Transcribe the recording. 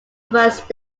first